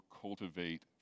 cultivate